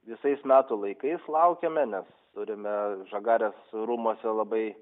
visais metų laikais laukiame mes turime žagarės rūmuose labai